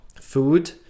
Food